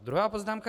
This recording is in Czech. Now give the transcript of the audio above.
Druhá poznámka.